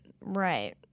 right